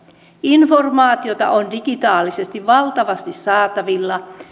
informaatiota on digitaalisesti valtavasti saatavilla